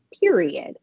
period